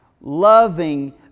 Loving